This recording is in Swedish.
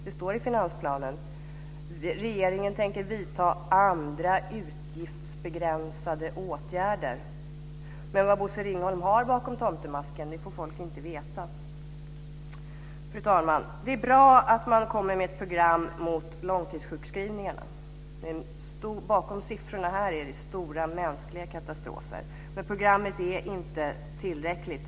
Det står i finansplanen att regeringen tänker vidta andra utgiftsbegränsande åtgärder. Men vad Bosse Ringholm har bakom tomtemasken får inte folk veta. Fru talman! Det är bra att man kommer med ett program mot långtidssjukskrivningarna. Bakom siffrorna här är det stora mänskliga katastrofer. Men programmet ger inte tillräckligt.